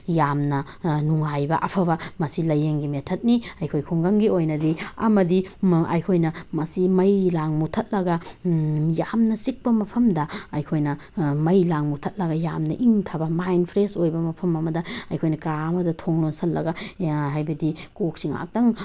ꯌꯥꯝꯅ ꯅꯨꯡꯉꯥꯏꯕ ꯑꯐꯕ ꯃꯁꯤ ꯂꯥꯏꯌꯦꯡꯒꯤ ꯃꯦꯊꯠꯅꯤ ꯑꯩꯈꯣꯏ ꯈꯨꯡꯒꯪꯒꯤ ꯑꯣꯏꯅꯗꯤ ꯑꯃꯗꯤ ꯑꯩꯈꯣꯏꯅ ꯃꯁꯤ ꯃꯩ ꯂꯥꯡ ꯃꯨꯊꯠꯂꯒ ꯌꯥꯝꯅ ꯆꯤꯛꯄ ꯃꯐꯝꯗ ꯑꯩꯈꯣꯏꯅ ꯃꯩ ꯂꯥꯡ ꯃꯨꯊꯠꯂꯒ ꯌꯥꯝ ꯏꯪꯊꯕ ꯃꯥꯏꯟ ꯐ꯭ꯔꯦꯁ ꯑꯣꯏꯕ ꯃꯐꯝ ꯑꯃꯗ ꯑꯩꯈꯣꯏꯅ ꯀꯥ ꯑꯃꯗ ꯊꯣꯡ ꯂꯣꯟꯁꯤꯜꯂꯒ ꯍꯥꯏꯕꯗꯤ ꯀꯣꯛꯁꯤ ꯉꯥꯛꯇꯪ